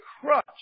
crutch